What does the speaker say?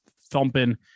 thumping